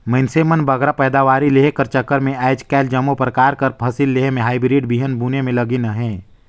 मइनसे मन बगरा पएदावारी लेहे कर चक्कर में आएज काएल जम्मो परकार कर फसिल लेहे में हाईब्रिड बीहन बुने में लगिन अहें